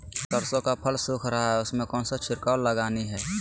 सरसो का फल सुख रहा है उसमें कौन सा छिड़काव लगानी है?